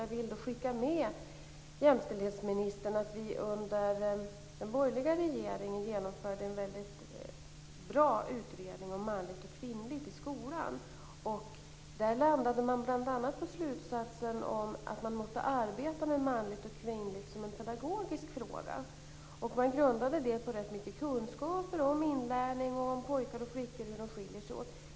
Jag vill skicka med jämställdhetsministern att vi under den borgerliga regeringen genomförde en väldigt bra utredning om manligt och kvinnligt i skolan. Där landade man bl.a. på slutsatsen att man måste arbeta med manligt och kvinnligt som en pedagogisk fråga. Man grundade det på ganska mycket kunskaper om inlärning och om pojkar och flickor och hur de skiljer sig åt.